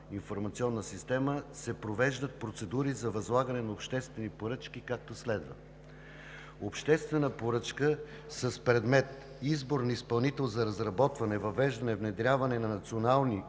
информационна система се провеждат процедури за възлагане на обществени поръчки, както следва: Обществена поръчка с предмет „Избор на изпълнител за разработване, въвеждане, внедряване на национални